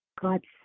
God